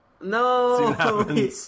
No